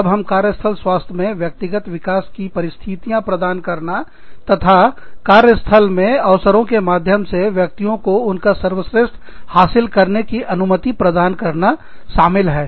तब कार्य स्थल स्वास्थ में व्यक्तिगत विकास की परिस्थितियां प्रदान करना तथा कार्य स्थल में अवसरों के माध्यम से व्यक्तियों को उनका सर्वश्रेष्ठ हासिल करने की अनुमति प्रदान करना शामिल हैं